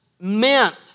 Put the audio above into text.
meant